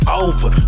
over